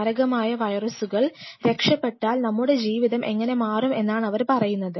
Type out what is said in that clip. മാരകമായ വൈറസുകൾ രക്ഷപ്പെട്ടാൽ നമ്മുടെ ജീവിതം എങ്ങനെ മാറും എന്നാണ് അവർ പറയുന്നത്